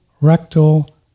rectal